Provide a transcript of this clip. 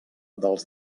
dels